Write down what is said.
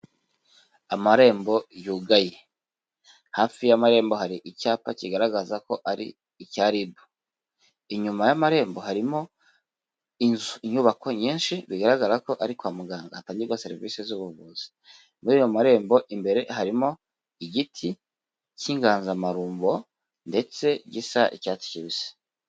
Amarembo yugaye. Hafi y'amarembo hari icyapa kigaragaza ko ari icya RIB. Inyuma y'amarembo harimo inzu inyubako nyinshi bigaragara ko ariko kwa muganga hatangirwa serivisi z'ubuvuzi. Muri ayo marembo imbere harimo igiti cy'inganzamarumbo ndetse gisa n'icyatsi kibisi.